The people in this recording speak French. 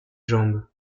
jambes